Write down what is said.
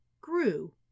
grew